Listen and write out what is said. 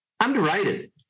underrated